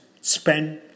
spend